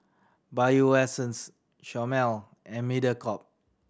Bio Essence Chomel and Mediacorp